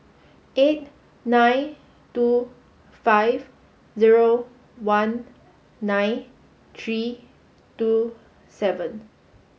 eight nine two five zero one nine three two seven